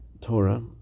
Torah